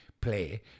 play